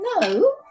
No